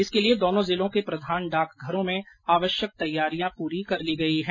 इसके लिए दोनों जिलों के प्रधान डाकघरों में आवश्यक तैयारियां पूरी कर ली गई है